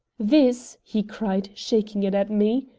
this, he cried, shaking it at me,